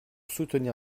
soutenir